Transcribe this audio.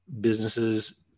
businesses